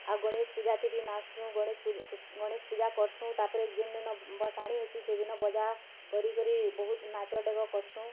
ଆଉ ଗଣେଶ ପୂଜାଥି ବି ନାଚସୁଁ ଗଣେଶ ପୂଜା ଗଣେଶ ପୂଜା କରସୁଁ ତା'ପରେ ଯେନ୍ ଦିନ ଭସାଣି ହେସି ସେଦିନ ବଜା କରି କରି ବହୁତ ନାଚ୍ ଡ଼େଗ୍ କରସୁଁ